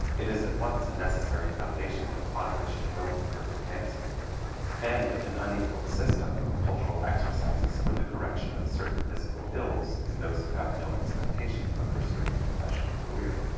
it is at once a necessary foundation upon which to build the perfect dancer and an unequaled system of cultural exercises for the correction of certain physical ills in those who have no expectation of pursuing a professional career.